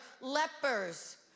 lepers